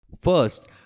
First